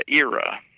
era